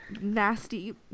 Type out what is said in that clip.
nasty